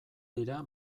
dira